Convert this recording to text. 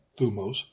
thumos